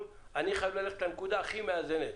ואני חייב ללכת לנקודה שהיא הכי מאזנת.